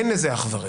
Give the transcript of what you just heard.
אין לזה אח ורע,